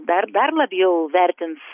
dar dar labiau vertins